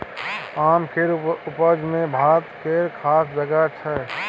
आम केर उपज मे भारत केर खास जगह छै